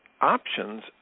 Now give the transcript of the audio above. options